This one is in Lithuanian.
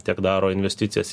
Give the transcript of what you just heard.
tiek daro investicijas